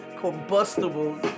combustible